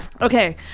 Okay